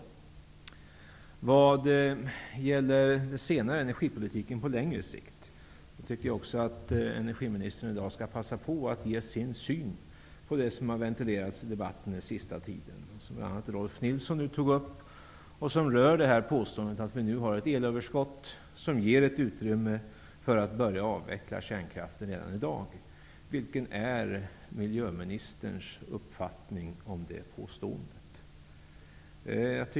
När det gäller energipolitiken på längre sikt tycker jag att miljöministern i dag skall passa på att redovisa sin syn på det som har ventilerats i debatten den senaste tiden och som Rolf L Nilson tagit upp här. Det gäller påståendet om ett elöverskott som ger utrymme för att börja avveckla kärnkraften i dag. Vad är miljöministerns uppfattning om det påståendet?